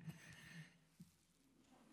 אדוני השר,